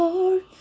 Lord